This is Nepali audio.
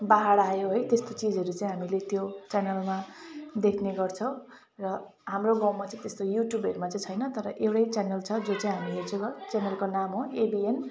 बाढ आयो है त्यस्तो चिजहरू चाहिँ हामीले यो च्यानलमा देख्ने गर्छौँ र हाम्रो गाउँमा चाहिँ यस्तो युट्युबहरूमा चाहिँ छैन तर एउटै च्यानल छ जो चाहिँ हामी हेर्छौँ च्यानलको नाम हो एबिएन